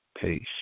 Peace